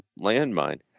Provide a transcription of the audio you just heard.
landmine